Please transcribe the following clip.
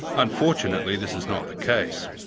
unfortunately, this is not the case.